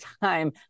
time